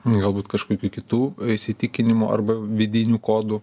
galbūt kažkokių kitų įsitikinimų arba vidinių kodų